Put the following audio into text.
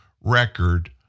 record